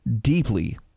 deeply